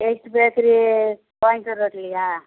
எதித்து bakery Coimbatore ரோட்லயா